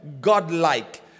Godlike